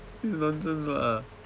it's nonsense lah